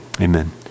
Amen